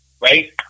Right